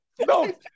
No